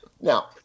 Now